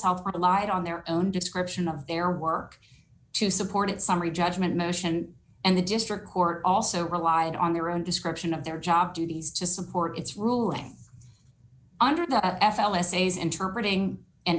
to lie on their own description of their work to support it summary judgment motion and the district court also relied on their own description of their job duties to support its ruling under the f l essays interpretating and